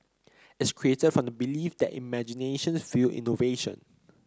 its created from the belief that imagination fuel innovation